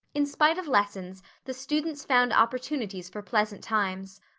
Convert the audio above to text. in spite of lessons the students found opportunities for pleasant times.